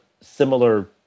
similar